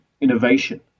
innovation